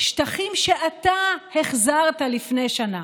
שטחים שאתה החזרת לפני שנה,